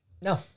No